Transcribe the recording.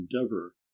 endeavor